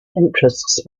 interests